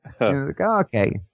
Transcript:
Okay